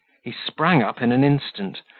he sprang up in an instant,